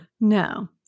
No